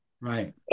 Right